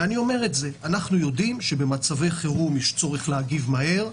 אנחנו יודעים שבמצבי חירום יש צורך להגיב מהר,